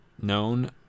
known